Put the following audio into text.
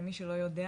למי שלא יודע,